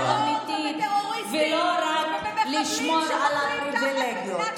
אמיתית ולא רק לשמור על הפריבילגיות.